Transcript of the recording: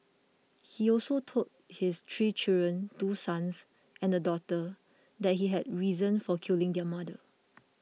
he also told his three children two sons and a daughter that he had reasons for killing their mother